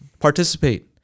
participate